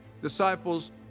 disciples